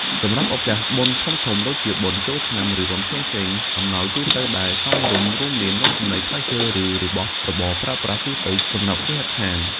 សម្រាប់ឱកាសបុណ្យធំៗដូចជាចូលឆ្នាំ ឬបុណ្យផ្សេងៗ អំណោយទូទៅដែលសមរម្យរួមមាន នំចំណី ផ្លែឈើ ឬ របស់របរប្រើប្រាស់ទូទៅសម្រាប់គេហដ្ឋាន។